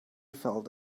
felt